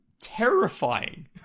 terrifying